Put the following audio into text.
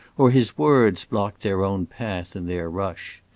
or his words blocked their own path in their rush.